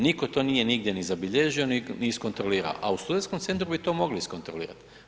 Nitko to nije nigdje ni zabilježio ni iskontrolirao, a u studentskom centru bi to mogli iskontrolirati.